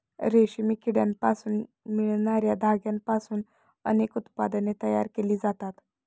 रेशमी किड्यांपासून मिळणार्या धाग्यांपासून अनेक उत्पादने तयार केली जातात